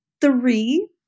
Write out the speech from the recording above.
Three